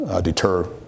deter